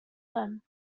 them